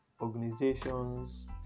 organizations